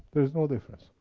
there's no difference